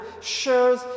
shows